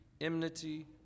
enmity